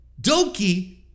Doki